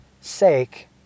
sake